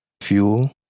fuel